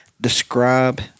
Describe